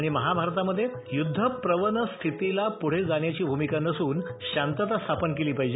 हे महाभारतामधे य्रध्दप्रवण स्थितीला प्रढे जाण्याची भूमिका नसून शांतता स्थापन केली पाहिज